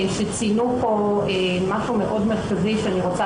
שציינו פה משהו מאוד מרכזי שאני רוצה